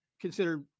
consider